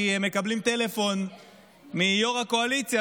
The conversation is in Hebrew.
כי הם מקבלים טלפון מיו"ר הקואליציה,